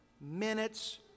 minutes